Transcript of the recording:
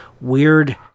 weird